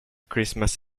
christmas